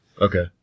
Okay